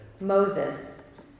Moses